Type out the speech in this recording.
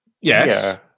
Yes